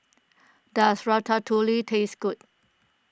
does Ratatouille taste good